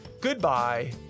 goodbye